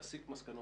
להסיק מסקנות,